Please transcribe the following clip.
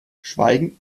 schweigend